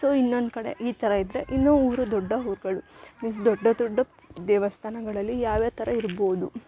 so ಇನ್ನೊಂದು ಕಡೆ ಈ ಥರ ಇದ್ರೆ ಇನ್ನು ಊರು ದೊಡ್ಡ ಊರ್ಗಳು ಮೀನ್ಸ್ ದೊಡ್ಡ ದೊಡ್ಡ ದೇವಸ್ಥಾನಗಳಲ್ಲಿ ಯಾವ್ಯಾವ ಥರ ಇರ್ಬೋದು